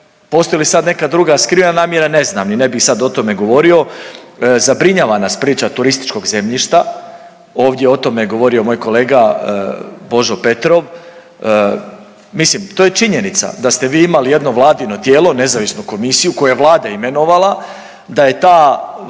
postoje li sad neka druga skrivena namjera ne znam i ne bih sad o tome govorio. Zabrinjava nas priča turističkog zemljišta, ovdje je o tome govorio moj kolega Božo Petrov. Mislim to je činjenica da ste vi imali jedno vladino tijelo, nezavisnu komisiju koju je Vlada imenovala, da je ta vladina